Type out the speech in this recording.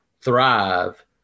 thrive